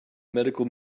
medical